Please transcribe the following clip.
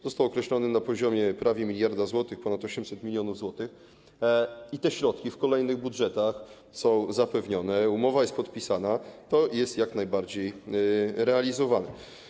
Został określony na poziomie prawie miliarda złotych, ponad 800 mln zł, i te środki w kolejnych budżetach są zapewnione, umowa jest podpisana, to jest jak najbardziej realizowane.